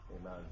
Amen